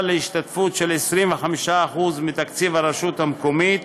להשתתפות של 25% מתקציב הרשות המקומית,